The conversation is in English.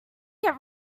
get